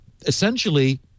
essentially